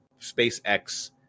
SpaceX